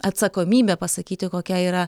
atsakomybė pasakyti kokia yra